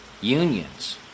unions